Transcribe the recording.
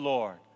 Lord